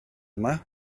yma